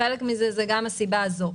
חלק מזה הוא גם בגלל הסיבה הזאת.